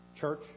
church